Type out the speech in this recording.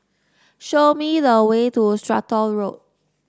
show me the way to Stratton Road